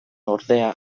ordea